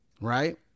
Right